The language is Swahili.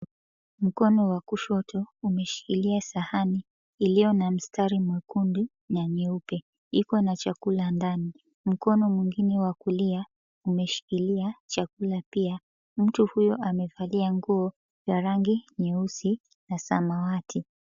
Mkono wa kushoto umeshikilia sahani iliyo na mstari mwekundu na nyeupe iko na chakula ndani. Mkono mwingine wa kulia umeshikilia chakula pia. Mtu huyo amevalia nguo ya rangi nyeusi na samawati.